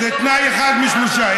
זה תנאי אחד משלושה.